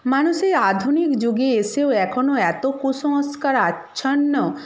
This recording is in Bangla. মানুষের আধুনিক যুগে এসেও এখনও এত কুসংস্কার আচ্ছন্ন